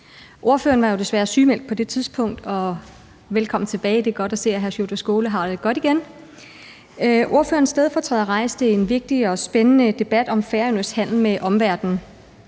desværre sygemeldt på det tidspunkt, så velkommen tilbage. Det er godt at se, at hr. Sjúrður Skaale har det godt igen. Ordførerens stedfortræder rejste en vigtig og spændende debat om Færøernes handel med omverdenen,